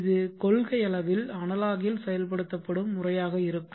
இது கொள்கையளவில் அனலாக் இல் செயல்படுத்தப்படும் முறையாக இருக்கும்